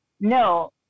No